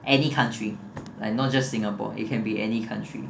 any country like not just singapore it can be any country